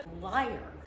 liar